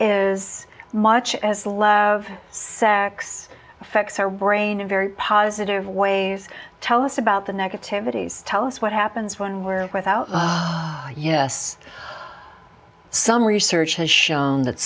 is much as love sex affects our brain a very positive ways tell us about the negativities tell us what happens when we're without yes some research has shown that